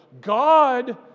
God